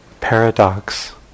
paradox